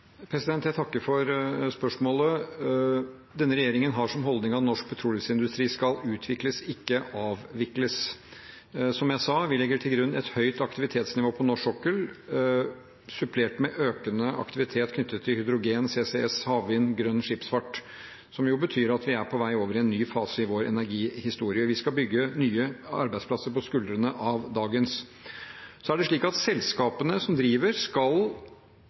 Jeg takker for spørsmålet. Denne regjeringen har som holdning at norsk petroleumsindustri skal utvikles, ikke avvikles. Som jeg sa: Vi legger til grunn et høyt aktivitetsnivå på norsk sokkel supplert med økende aktivitet knyttet til hydrogen, CCS, havvind og grønn skipsfart, som jo betyr at vi er på vei over i en ny fase i vår energihistorie. Vi skal bygge nye arbeidsplasser på skuldrene av dagens. Selskapene som driver, skal ta hensyn til økonomisk risiko og klimarisiko. Det er de som